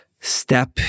Step